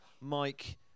Mike